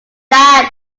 that